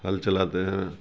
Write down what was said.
ہل چلاتے ہیں